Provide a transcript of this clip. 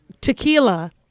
Tequila